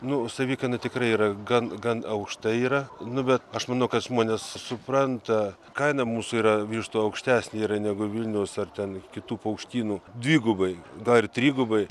nu savikaina tikrai yra gan gan aukšta yra nu bet aš manau kad žmonės supranta kaina mūsų yra vištų aukštesnė yra negu vilniaus ar ten kitų paukštynų dvigubai gal ir trigubai